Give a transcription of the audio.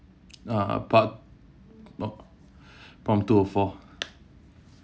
uh part pro~ prompt two of four